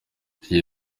iki